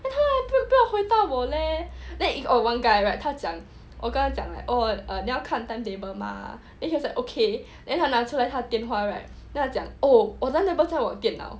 then 他还不要不要回答我 leh then if oh got one guy right 他讲我跟他讲 oh 你要看 timetable mah then he was like okay then 他拿出来他的电话 right then 他讲 oh 我的 timetable 在我的电脑